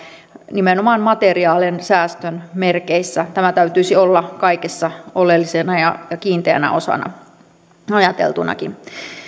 nimenomaan materiaalien säästön merkeissä tämän täytyisi olla kaikessa oleellisena ja kiinteänä osana ajateltunakin